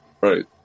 right